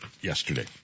yesterday